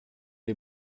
est